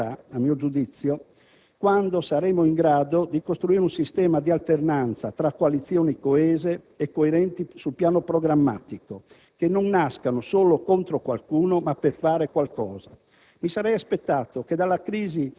La transizione italiana terminerà, a mio giudizio, quando saremo in grado di costruire un sistema di alternanza tra coalizioni coese e coerenti sul piano programmatico, che non nascano solo contro qualcuno, ma per fare qualcosa.